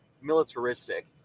militaristic